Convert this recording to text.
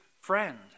friend